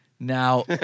Now